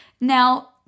Now